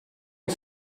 you